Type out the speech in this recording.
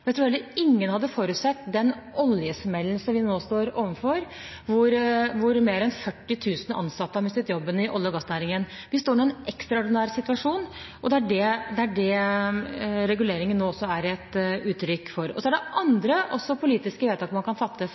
Jeg tror heller ingen hadde forutsett den oljesmellen som vi nå står overfor, hvor mer enn 40 000 ansatte har mistet jobben i olje- og gassnæringen. Vi står nå i en ekstraordinær situasjon, og det er det reguleringen også er et uttrykk for. Så er det andre, også politiske, vedtak man kan fatte